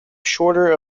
shorter